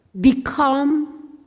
Become